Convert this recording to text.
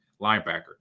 linebacker